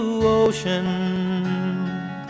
ocean